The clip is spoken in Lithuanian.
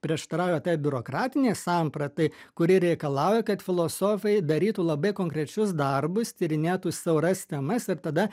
prieštarauja tai biurokratinei sampratai kuri reikalauja kad filosofai darytų labai konkrečius darbus tyrinėtų siauras temas ir tada